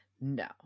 No